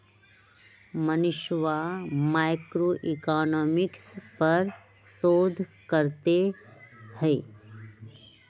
मनीषवा मैक्रोइकॉनॉमिक्स पर शोध करते हई